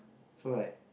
so like